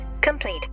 complete